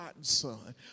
son